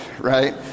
right